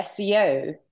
SEO